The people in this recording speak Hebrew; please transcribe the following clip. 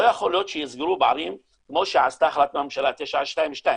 לא יכול להיות שיסגרו פערים כמו שעשתה החלטת הממשלה 922,